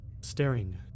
staring